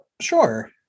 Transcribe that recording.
Sure